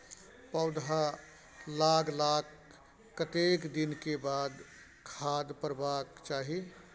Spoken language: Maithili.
पौधा लागलाक कतेक दिन के बाद खाद परबाक चाही?